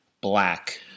black